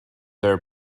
their